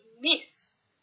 miss